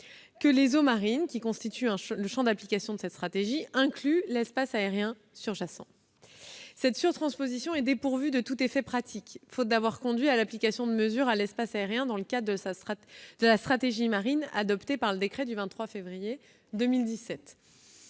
que les eaux marines, qui constituent le champ d'application de cette stratégie, incluent l'espace aérien surjacent. Cette surtransposition est dépourvue de tout effet pratique, faute d'avoir conduit à l'application de mesures à l'espace aérien dans le cadre de la stratégie marine adoptée par le décret du 23 février 2017.